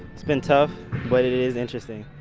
it's been tough but it is interesting.